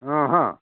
ହଁ ହଁ